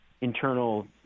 internal